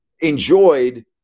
enjoyed